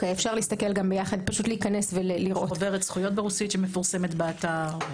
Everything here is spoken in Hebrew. יש חוברת זכויות ברוסית שמפורסמת באתר.